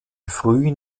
frühen